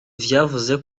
vyavuze